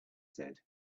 said